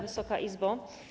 Wysoka Izbo!